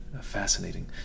fascinating